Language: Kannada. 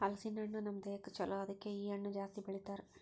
ಹಲಸಿನ ಹಣ್ಣು ನಮ್ ದೇಹಕ್ ಛಲೋ ಅದುಕೆ ಇ ಹಣ್ಣು ಜಾಸ್ತಿ ಬೆಳಿತಾರ್